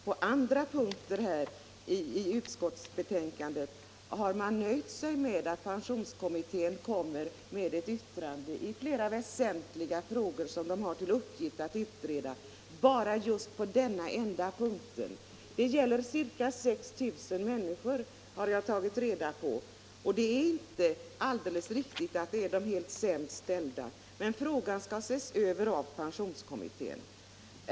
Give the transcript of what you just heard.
På andra punkter i utskottsbetänkandet har man nöjt sig med att pensionskommittén kommer med yttrande i flera väsentliga frågor som den har till uppgift att utreda. Jag har tagit reda på att det gäller ca 6 000 människor, och det är inte alldeles riktigt att det är de sämst ställda. Men frågan skall ses över av pensionskommittén.